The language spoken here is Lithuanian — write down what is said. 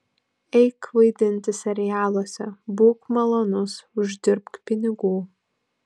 eik vaidinti serialuose būk malonus uždirbk pinigų